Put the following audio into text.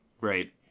Right